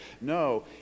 no